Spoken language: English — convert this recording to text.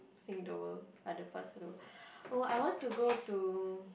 seeing the world other parts of the world oh I want to go to